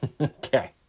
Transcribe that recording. Okay